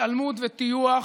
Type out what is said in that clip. התעלמות וטיוח